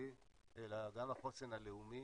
הכלכלי אלא גם החוסן הלאומי,